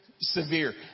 severe